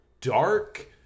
dark